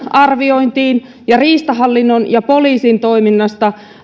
arviointiin ja riistahallinnon ja poliisin